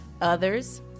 others